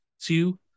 two